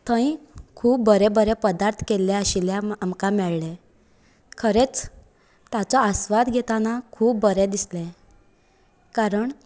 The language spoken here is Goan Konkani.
थंय खूब बरें बरें पदार्थ केल्ले आशिल्ले आमकां मेळ्ळे खरेंच ताचो आस्वाद घेताना खूब बरें दिसले कारण